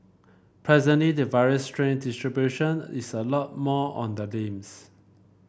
presently the virus strain distribution is a lot more on the limbs